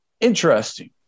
interesting